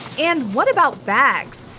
and what about bags?